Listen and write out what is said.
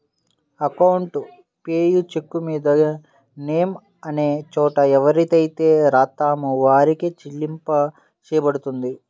account payee చెక్కుమీద name అనే చోట ఎవరిపేరైతే రాత్తామో వారికే చెల్లింపు చెయ్యబడుతుంది